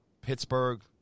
Pittsburgh